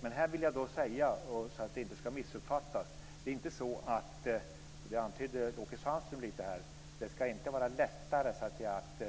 Men här vill jag säga - så att det inte ska missuppfattas - att det inte ska vara lättare att